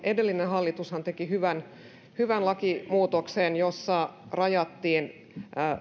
edellinen hallitushan teki hyvän hyvän lakimuutoksen jossa rajattiin